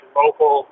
local